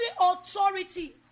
authority